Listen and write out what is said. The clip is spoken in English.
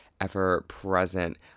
ever-present